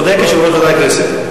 צודק יושב-ראש ועדת הכנסת.